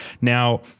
Now